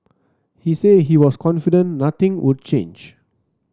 he said he was confident nothing would change